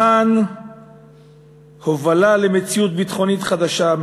למען הובלה למציאות ביטחונית חדשה,